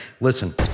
Listen